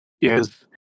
yes